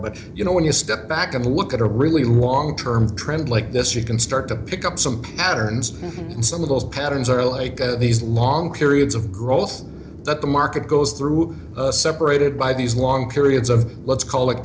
but you know when you step back and look at a really long term trend like this you can start to pick up some afternoons and some of those patterns are late that these long periods of roles that the market goes through separated by these long periods of let's call it